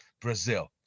brazil